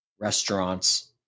restaurants